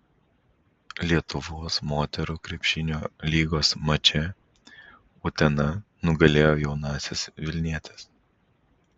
lietuvos moterų krepšinio lygos mače utena nugalėjo jaunąsias vilnietes